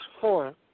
four